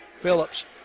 Phillips